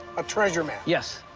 a treasure map? yes.